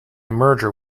merger